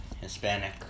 Hispanic